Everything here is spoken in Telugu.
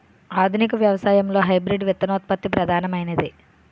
ఆధునిక వ్యవసాయంలో హైబ్రిడ్ విత్తనోత్పత్తి ప్రధానమైనది